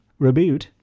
reboot